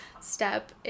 step